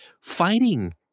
fighting